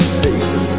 face